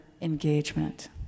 engagement